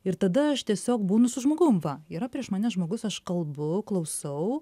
ir tada aš tiesiog būnu su žmogum va yra prieš mane žmogus aš kalbu klausau